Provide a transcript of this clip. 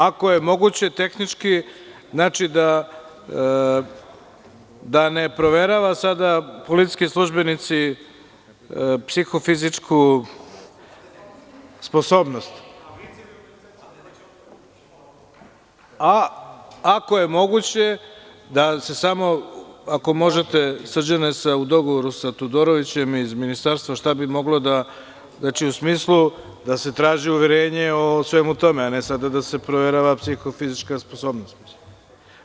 Ako je moguće tehnički, da ne proverava sada policijski službenici psihofizičku sposobnost, a ako je moguće da se samo, ako možete, Srđane, u dogovoru sa Todorovićem iz Ministarstva da vidite šta bi moglo, u smislu da se traži uverenje o svemu tome, a ne da se proverava psihofizička sposobnost.